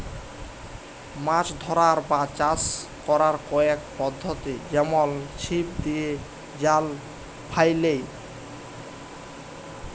মাছ ধ্যরার বা চাষ ক্যরার কয়েক পদ্ধতি যেমল ছিপ দিঁয়ে, জাল ফ্যাইলে